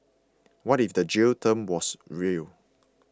what if the jail term was real